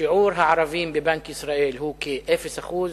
שיעור הערבים בבנק ישראל הוא כאפס אחוז,